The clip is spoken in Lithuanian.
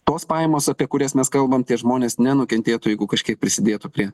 tos pajamos apie kurias mes kalbam tie žmonės nenukentėtų jeigu kažkiek prisidėtų prie